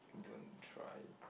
don't try